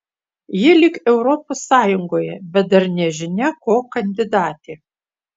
ji lyg europos sąjungoje bet dar nežinia ko kandidatė